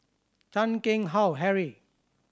Chan Keng Howe Harry